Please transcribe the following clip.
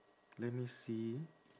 let me see